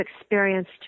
experienced